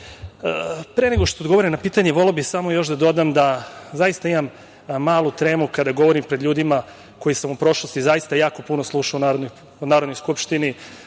nego što odgovorim na pitanje, voleo bih samo još da dodam da zaista imam malu tremu kada govorim pred ljudima koje sam u prošlosti jako puno slušao u Narodnoj skupštini,